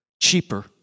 cheaper